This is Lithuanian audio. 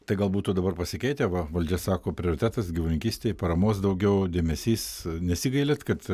tai gal būtų dabar pasikeitę va valdžia sako prioritetas gyvulininkystei paramos daugiau dėmesys nesigailit kad